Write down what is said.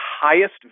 highest